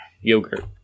yogurt